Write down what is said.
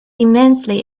immensely